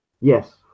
Yes